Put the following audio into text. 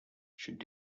should